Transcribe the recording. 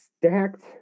stacked